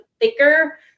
thicker